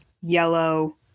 yellow